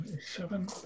Seven